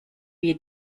wir